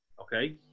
okay